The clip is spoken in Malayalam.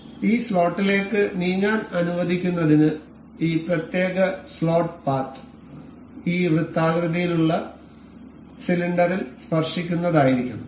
അതിനാൽ ഈ സ്ലോട്ടിലേക്ക് നീങ്ങാൻ അനുവദിക്കുന്നതിന് ഈ പ്രത്യേക സ്ലോട്ട് പാത്ത് ഈ വൃത്താകൃതിയിലുള്ള സിലിണ്ടറിൽ സ്പർശിക്കുന്നതായിരിക്കണം